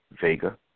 Vega